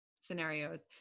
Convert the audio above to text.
scenarios